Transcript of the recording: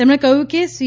તેમણએ કહ્યું કે સી